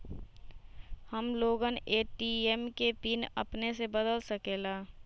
हम लोगन ए.टी.एम के पिन अपने से बदल सकेला?